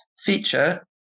feature